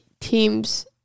teams